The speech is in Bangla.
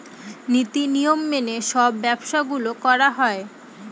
নীতি নিয়ম মেনে সব ব্যবসা গুলো করা হয়